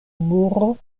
muro